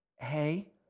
Hey